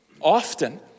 Often